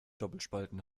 doppelspalten